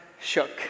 shook